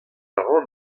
ran